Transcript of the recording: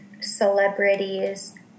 celebrities